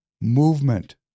Movement